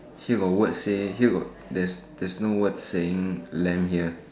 here got word say here got there's there's no word saying lamb here